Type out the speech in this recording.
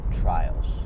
trials